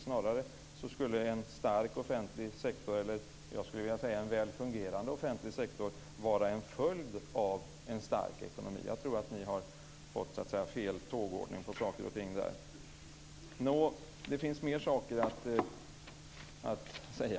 Snarare skulle en stark offentlig sektor - jag skulle vilja säga en väl fungerande offentlig sektor - vara en följd av en stark ekonomi. Jag tror att ni har fått fel tågordning på saker och ting. Det finns fler saker att säga.